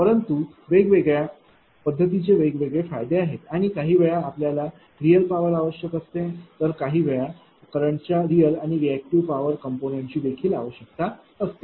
परंतु वेगवेगळ्या पद्धतींचे वेगवेगळे फायदे आहेत काही वेळा आपल्याला रियल पावर आवश्यक असते आणि काही वेळा करंटच्या रियल आणि रिएक्टिव पावर कम्पोनन्ट ची देखील आवश्यकता असते